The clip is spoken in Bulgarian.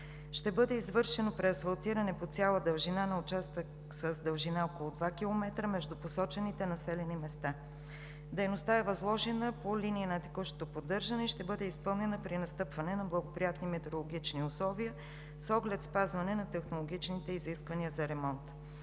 Ще бъде извършено преасфалтиране по цяла дължина на участък с дължина около 2 км между посочените населени места. Дейността е възложена по линия на текущото поддържане и ще бъде изпълнена при настъпване на благоприятни метеорологични условия, с оглед спазване на технологичните изисквания за ремонт.